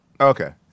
Okay